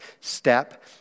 step